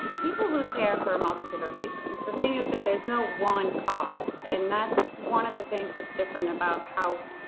people lose hair for a multitude of reasons. the thing is that there's no one cause. and that's one of the things that's different about how.